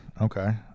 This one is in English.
Okay